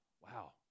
Wow